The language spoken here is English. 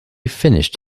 finished